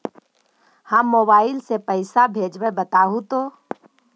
हम मोबाईल से पईसा भेजबई बताहु तो?